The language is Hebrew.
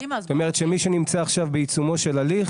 זאת אומרת שמי שנמצא עכשיו בעיצומו של הליך